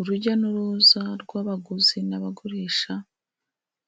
Urujya n'uruza rw'abaguzi n'abagurisha,